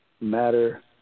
matter